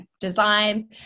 design